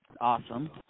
awesome